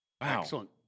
Excellent